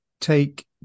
take